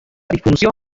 difusión